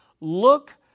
Look